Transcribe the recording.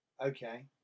Okay